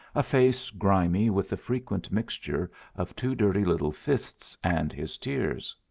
a face grimy with the frequent mixture of two dirty little fists and his tears.